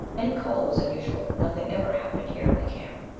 any call was unusual nothing ever happened here in the camp.